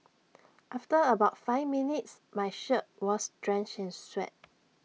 after about five minutes my shirt was drenched in sweat